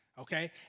Okay